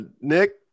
Nick